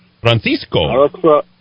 Francisco